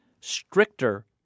stricter